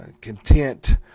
content